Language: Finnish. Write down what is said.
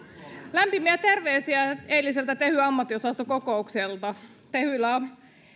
lämpimiä terveisiä eiliseltä tehyn ammattiosaston kokoukselta tehyllä